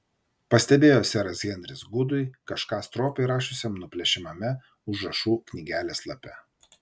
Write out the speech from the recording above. pastebėjo seras henris gudui kažką stropiai rašiusiam nuplėšiamame užrašų knygelės lape